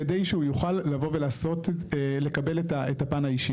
כדי שהוא יוכל לבוא ולקבל את הפן האישי.